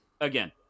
again